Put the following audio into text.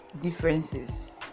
differences